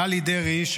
ללי דרעי,